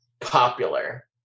popular